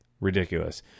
Ridiculous